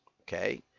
okay